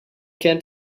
can